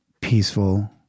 peaceful